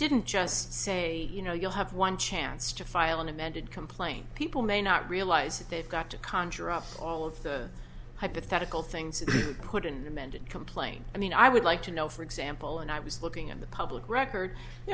didn't just say you know you'll have one chance to file an amended complaint people may not realize that they've got to conjure up all of the hypothetical things and put an amended complaint i mean i would like to know for example and i was looking at the public record you